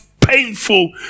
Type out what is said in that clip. painful